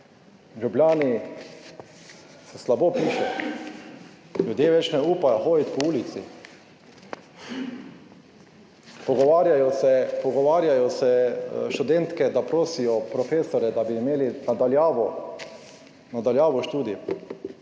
Ljubljani se slabo piše. Ljudje več ne upajo hoditi po ulici. Pogovarjajo se študentke, da prosijo profesorje, da bi imeli na daljavo študij,